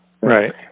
Right